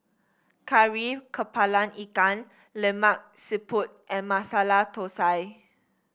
Kari kepala Ikan Lemak Siput and Masala Thosai